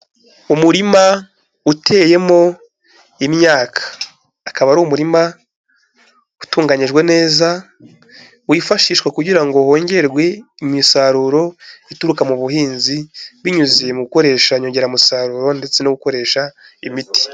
Umurima uteyemo imyaka, akaba ari umurima utunganyijwe neza wifashishwa kugira ngo hongerwe imisaruro ituruka mu buhinzi binyuze mu gukoresha inyongeramusaruro ndetse no gukoresha imiti.